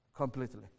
Completely